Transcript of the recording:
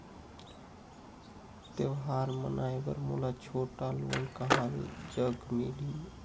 त्योहार मनाए बर मोला छोटा लोन कहां जग मिलही?